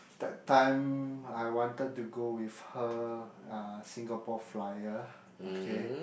that time I wanted to go with her uh Singapore Flyer okay